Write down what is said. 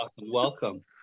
Welcome